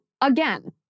again